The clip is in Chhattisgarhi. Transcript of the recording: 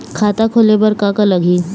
खाता खोले बर का का लगही?